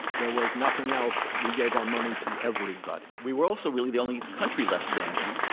there was nothing else, we gave our money to everybody. we were also, really, the only country left standing.